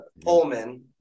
Pullman